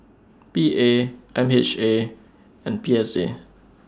P A M H A and P S A